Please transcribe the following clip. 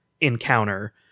encounter